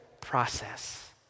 process